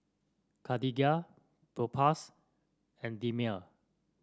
Cartigain Propass and Dermale